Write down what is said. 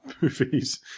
movies